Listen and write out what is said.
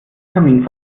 kamin